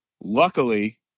luckily